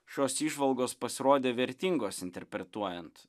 šios įžvalgos pasirodė vertingos interpretuojant